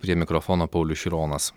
prie mikrofono paulius šironas